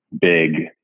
big